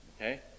Okay